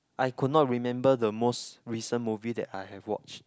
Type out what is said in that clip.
I could not remember the most recent movie that I have watched